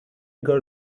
girl